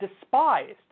despised